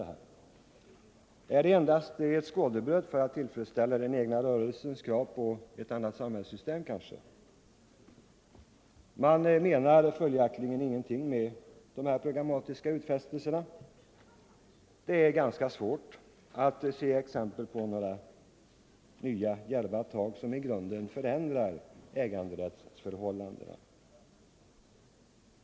Är det kanske endast ett skådebröd för att tillfredsställa den egna rörelsens krav på ett annat samhällssystem? Förstatligande av Man menar tydligen ingenting med sina programmatiska utfästelser. — läkemedelsindu Det är svårt att se exempel på några nya djärva tag som i grunden förändrar = strin äganderättsförhållandena.